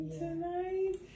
tonight